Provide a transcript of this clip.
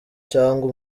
cyangwa